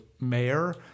mayor